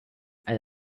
and